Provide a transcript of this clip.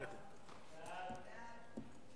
הוראות בדבר סיוג השלכות הרשעה פלילית בבתי-דין